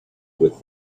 with